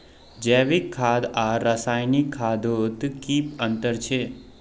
जैविक खाद आर रासायनिक खादोत की अंतर छे?